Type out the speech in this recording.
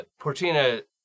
Portina